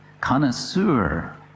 connoisseur